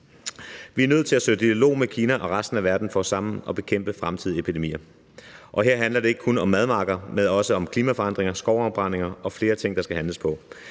Vi er nødt til at søge dialog med Kina og resten af verden for sammen at bekæmpe fremtidige epidemier, og her handler det ikke kun om madmarkeder, men også om klimaforandringer, skovafbrændinger og flere ting, der skal handles på.